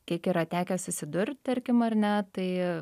kiek yra tekę susidurt tarkim ar ne tai